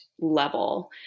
level